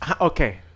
okay